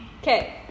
Okay